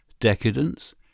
Decadence